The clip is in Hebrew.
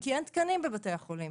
כי אין תקנים בבתי החולים.